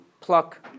pluck